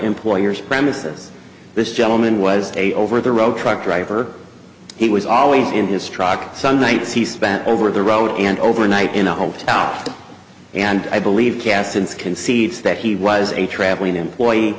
employer's premises this gentleman was a over the road truck driver he was always in his truck some nights he spent over the road and overnight in a hotel and i believe cast since concedes that he was a traveling employee